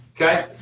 Okay